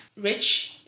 rich